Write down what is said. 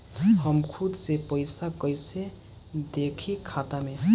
हम खुद से पइसा कईसे देखी खाता में?